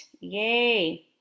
Yay